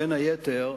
בין היתר,